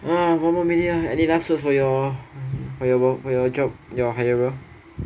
oh one more minute ah any last words for your um job and your hirer